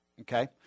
okay